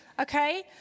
okay